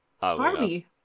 Barbie